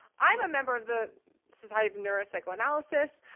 i'm a member of the society of neuropsychoanalysis.